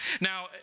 Now